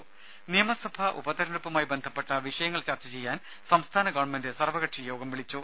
ദേഴ നിയമസഭ ഉപതെരഞ്ഞെടുപ്പുമായി ബന്ധപ്പെട്ട വിഷയങ്ങൾ ചർച്ച ചെയ്യാൻ സംസ്ഥാന ഗവൺമെന്റ് സർവകക്ഷി യോഗം വിളിച്ചു